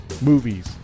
movies